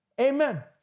Amen